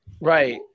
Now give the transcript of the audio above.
Right